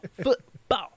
Football